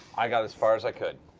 i got as far as i could.